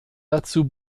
dazu